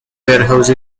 warehouse